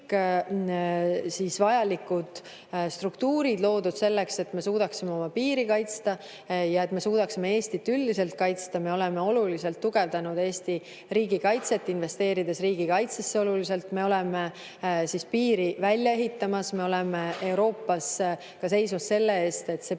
kõik vajalikud struktuurid selleks, et me suudaksime oma piiri kaitsta ja et me suudaksime Eestit üldiselt kaitsta. Me oleme oluliselt tugevdanud Eesti riigikaitset, investeerinud oluliselt riigikaitsesse. Me oleme piiri välja ehitamas. Me oleme Euroopas seismas ka selle eest, et see